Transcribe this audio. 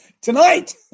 Tonight